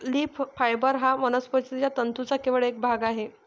leaf fibre हा वनस्पती तंतूंचा केवळ एक भाग आहे